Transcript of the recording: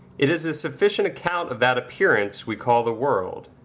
it is a sufficient account of that appearance we call the world,